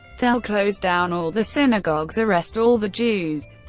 they'll close down all the synagogues, arrest all the jews,